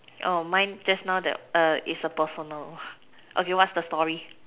oh mine just now that is the personal okay what's the story